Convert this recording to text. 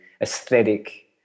aesthetic